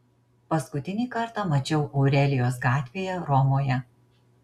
paskutinį kartą mačiau aurelijos gatvėje romoje